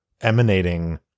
emanating